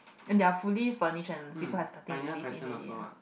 and they're fully furnished and people are starting to live in already ah